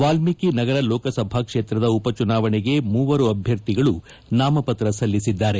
ವಾಲ್ಮೀಕಿ ನಗರ ಲೋಕಸಭಾ ಕ್ಷೇತ್ರದ ಉಪ ಚುನಾವಣೆಗೆ ಮೂವರು ಅಭ್ಯರ್ಥಿಗಳು ನಾಮಪತ್ರ ಸಲ್ಲಿಸಿದ್ದಾರೆ